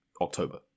October